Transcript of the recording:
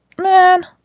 man